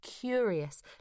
curious